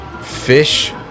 Fish